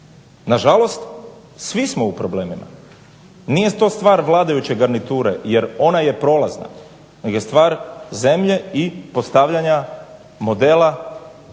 Nažalost, svi smo su problemima. Nije to stvar vladajuće garniture, jer ona je prolazna nego je stvar zemlje i postavljanja modela